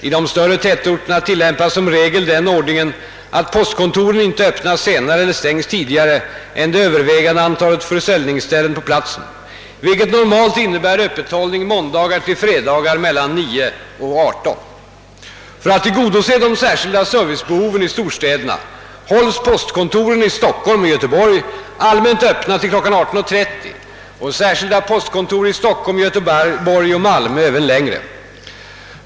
I de större tätorterna tillämpas som regel den ordningen att postkontoren inte öppnas senare eller stängs tidigare än det övervägande antalet försäljningsställen på platsen, vilket normalt innebär öppethållning måndagar till fredagar mellan kl. 9.00 och kl. 18.00. För att tillgodose de särskilda servicebehoven i storstäderna hålls postkontoren i Stockholm och Göteborg allmänt öppna till kl. 18.30 och särskilda postkontor i Stockholm, Göteborg och Malmö även längre.